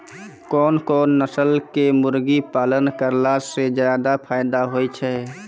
कोन कोन नस्ल के मुर्गी पालन करला से ज्यादा फायदा होय छै?